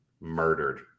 murdered